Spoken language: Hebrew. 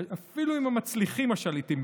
השליטים,